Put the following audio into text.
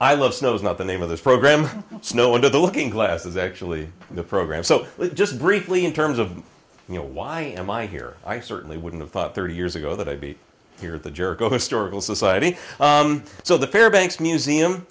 i love snow is not the name of this program it's no wonder the looking glass is actually in the program so just briefly in terms of you know why am i here i certainly wouldn't have thought thirty years ago that i'd be here at the jericho historical society so the fairbanks